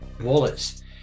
wallets